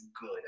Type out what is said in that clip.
good